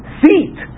seat